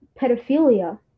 pedophilia